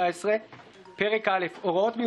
של 70 חברי כנסת בראשותו של בנימין נתניהו,